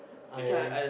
ah yeah yeah